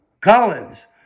Collins